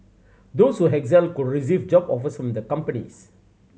those who excel could receive job offers from the companies